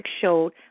showed